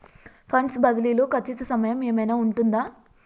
Funds బదిలీ లో ఖచ్చిత సమయం ఏమైనా ఉంటుందా?